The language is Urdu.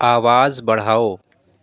آواز بڑھاؤ